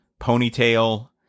ponytail